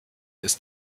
ist